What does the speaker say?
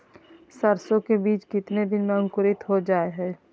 सरसो के बीज कितने दिन में अंकुरीत हो जा हाय?